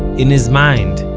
in his mind,